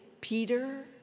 Peter